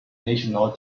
national